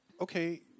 okay